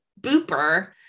Booper